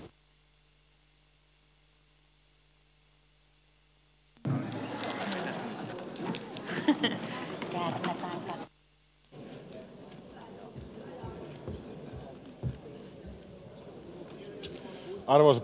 arvoisa puhemies